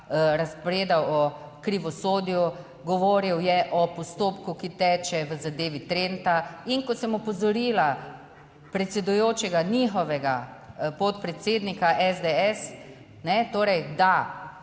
razpredal o krivosodju, govoril je o postopku, ki teče v zadevi Trenta, in ko sem opozorila predsedujočega, njihovega podpredsednika SDS, torej da